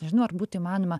nežinau ar būtų įmanoma